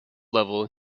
level